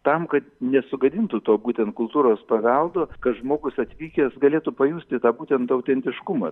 tam kad nesugadintų to būtent kultūros paveldo kad žmogus atvykęs galėtų pajusti tą būtent autentiškumą